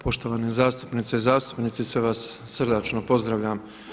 Poštovane zastupnice i zastupnici, sve vas srdačno pozdravljam.